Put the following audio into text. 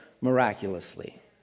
miraculously